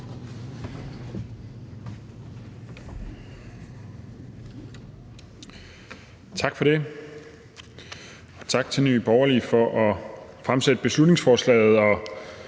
Tak for det, og tak til Nye Borgerlige for at fremsætte beslutningsforslaget